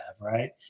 right